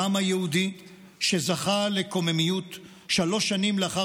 העם היהודי זכה לקוממיות שלוש שנים לאחר